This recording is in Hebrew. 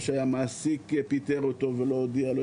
או שהמעסיק פיטר אותו ולא הודיע לו,